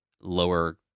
lower